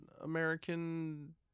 American